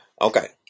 Okay